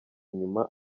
nyuma